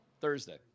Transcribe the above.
Thursday